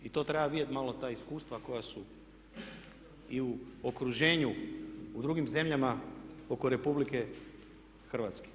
I to treba vidjeti malo ta iskustva koja su i u okruženju u drugim zemljama oko RH.